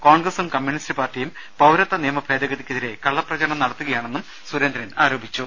കോൺഗ്രസും കമ്മ്യൂണിസ്റ്റു പാർട്ടിയും പൌരത്വ നിയമഭേദഗതിക്കെതിരെ കള്ളപ്രചരണം നടത്തുകയാണെന്ന് അദ്ദേഹം ആരോപിച്ചു